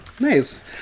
nice